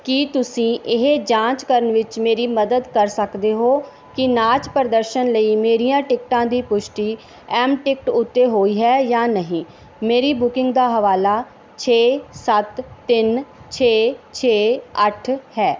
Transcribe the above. ਕੀ ਤੁਸੀਂ ਇਹ ਜਾਂਚ ਕਰਨ ਵਿੱਚ ਮੇਰੀ ਮਦਦ ਕਰ ਸਕਦੇ ਹੋ ਕਿ ਨਾਚ ਪ੍ਰਦਰਸ਼ਨ ਲਈ ਮੇਰੀਆਂ ਟਿਕਟਾਂ ਦੀ ਪੁਸ਼ਟੀ ਐਮ ਟਿਕਟ ਉੱਤੇ ਹੋਈ ਹੈ ਜਾਂ ਨਹੀਂ ਮੇਰੀ ਬੁਕਿੰਗ ਦਾ ਹਵਾਲਾ ਛੇ ਸੱਤ ਤਿੰਨ ਛੇ ਛੇ ਅੱਠ ਹੈ